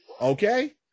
okay